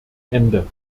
ende